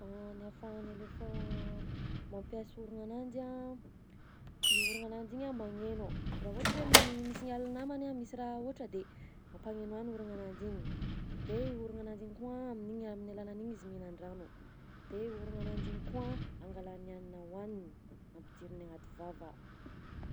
Ny ahafahan'ny éléphant mampiasa oronananjy a: io oronananjy igny a magneno, raha ohatra izy hoe mi- misignaly namany a misy raha ohatra de ampagnenoany oronananjy igny, de oronananjy igny koa amin'igny amin'ny alalan'igny izy mihinan-drano, de oronananjy igny koa angalany hanina hohaniny ampidiriny agnaty vava.